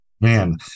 man